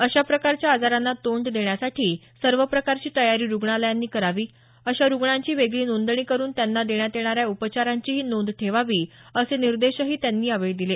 अशा प्रकारच्या आजारांना तोंड देण्यासाठी सर्व प्रकारची तयारी रुग्णालयांनी करावी अशा रुग्णांची वेगळी नोंदणी करुन त्यांना देण्यात येणाऱ्या उपचारांचीही नोंद ठेवावी असे निर्देशही त्यांनी यावेळी दिले